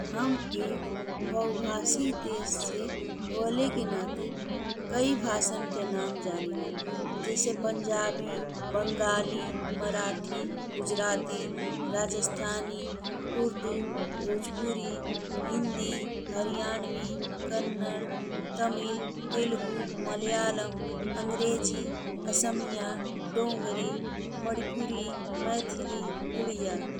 हम एक बहुभाषी देश से होअले के नाते कई भाषन के नाम जानिला जइसे पंजाबी, बंगाली, मराठी, गुजराती, राजस्थानी, उर्दू, भोजपुरी, हिंदी, हरियाणवी, कन्नड़, तमिल, तेलुगु, मलयालम, अंग्रेजी, असमिया, डोंगरी, मणिपुरी, मैथिली, उड़िया।